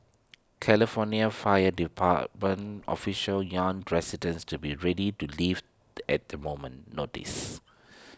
California fire department officials young residents to be ready to leave at the moment's notice